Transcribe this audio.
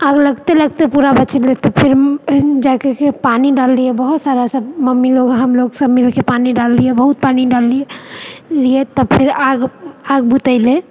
आग लगते लगते पूरा तऽ फिर जाए करके पानी डाललियै बहुत सारा सब मम्मी लोग हम लोग सब मिलके पानी डाललियै बहुत पानी डाललियै तऽ फेर आग आग बुतेलै